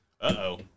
Uh-oh